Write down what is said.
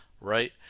right